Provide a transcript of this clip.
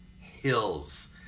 hills